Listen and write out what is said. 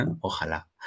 Ojalá